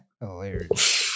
Hilarious